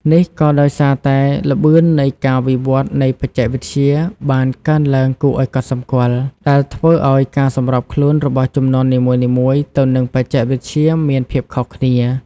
នេះក៏ដោយសារតែល្បឿននៃការវិវត្តនៃបច្ចេកវិទ្យាបានកើនឡើងគួរឱ្យកត់សម្គាល់ ដែលធ្វើឱ្យការសម្របខ្លួនរបស់ជំនាន់នីមួយៗទៅនឹងបច្ចេកវិទ្យាមានភាពខុសគ្នា។